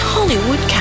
Hollywood